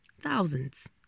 Thousands